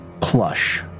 plush